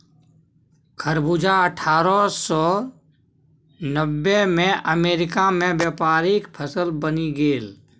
खरबूजा अट्ठारह सौ नब्बेमे अमेरिकामे व्यापारिक फसल बनि गेल